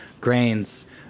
grains